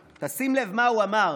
שים לב מה הוא אמר.